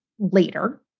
later